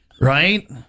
Right